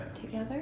together